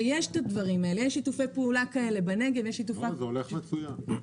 יש שיתופי פעולה כאלה בנגב -- זה הולך מצוין.